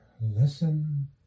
Listen